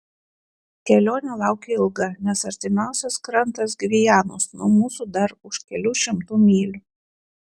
kelionė laukia ilga nes artimiausias krantas gvianos nuo mūsų dar už kelių šimtų mylių